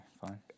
fine